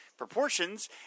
proportions